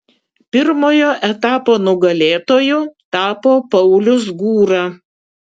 pirmojo etapo nugalėtoju tapo paulius gūra